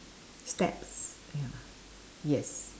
steps ya yes